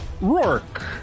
Rourke